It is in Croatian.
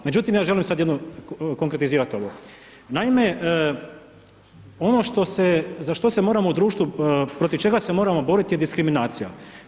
Međutim, ja želim sad jednu, konkretizirat ovo, naime ono što se, za što se moramo u društvu, protiv čega se moramo borit je diskriminacija.